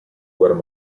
guerra